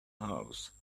house